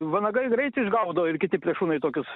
vanagai greit išgaudo ir kiti plėšrūnai tokius